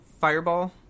fireball